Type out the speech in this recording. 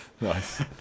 Nice